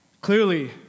Clearly